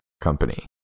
company